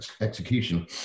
execution